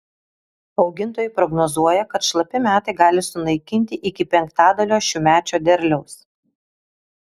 augintojai prognozuoja kad šlapi metai gali sunaikinti iki penktadalio šiųmečio derliaus